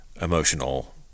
emotional